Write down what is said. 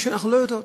אנחנו לא יודעות.